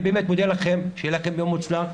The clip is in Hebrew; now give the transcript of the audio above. אני מודה לכם, שיהיה לכם יום מוצלח.